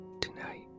Tonight